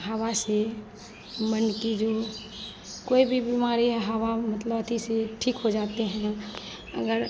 हवा से मन की जो कोई भी बीमारी है हवा मतलब अति से ठीक हो जाते हैं अगर